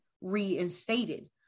reinstated